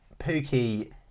Pookie